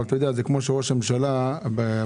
אבל זה כמו שראש שראש הממשלה בגלים